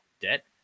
debt